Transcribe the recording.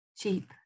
cheap